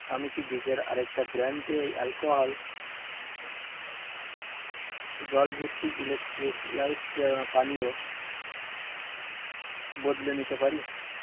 আমি কি বীজের আরেকটা ব্র্যান্ড দিয়ে এই অ্যালকোহল জলভিত্তিক ইলেকট্রিক লাইট পানীয় বদলে নিতে পারি